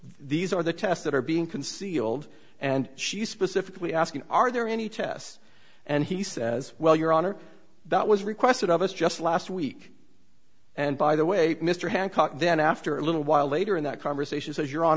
these are the tests that are being concealed and she specifically asked are there any tests and he says well your honor that was requested of us just last week and by the way mr hancock then after a little while later in that conversation says your hon